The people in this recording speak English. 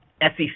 SEC